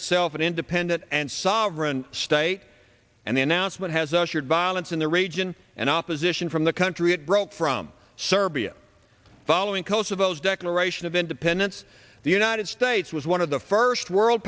itself an independent and sovereign state and the announcement has ushered violence in the region and opposition from the country it broke from serbia following kosovo's declaration of independence the united states was one of the first world